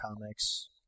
comics